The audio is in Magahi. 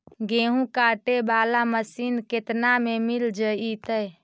गेहूं काटे बाला मशीन केतना में मिल जइतै?